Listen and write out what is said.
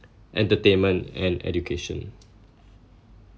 entertainment and education